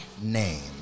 name